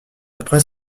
après